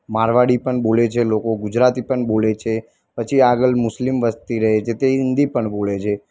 મારવાડી પણ બોલે છે લોકો ગુજરાતી પણ બોલે છે પછી આગળ મુસ્લિમ વસ્તી રહે છે તે હિન્દી પણ બોલે છે